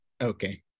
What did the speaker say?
okay